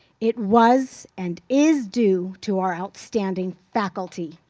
it was and is due to our outstanding faculty.